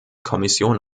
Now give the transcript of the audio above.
kommission